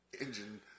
engine